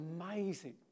amazing